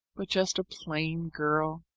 but just a plain girl?